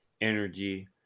energy